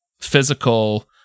physical